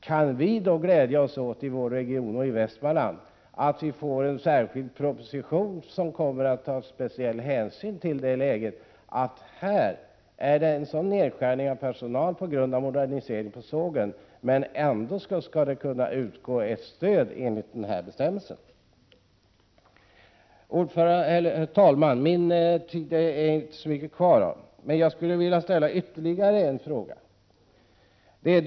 Kan vi då i vår region och i Västmanland glädja oss åt att det kommer en särskild proposition som tar speciell hänsyn till läget att det sker en nedskärning av antalet anställda på grund av en modernisering av sågen och att stöd ändå skall kunna utgå enligt den här bestämmelsen? Herr talman! Det är inte mycket kvar av min taletid, men jag vill ändå ställa ytterligare några frågor.